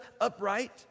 upright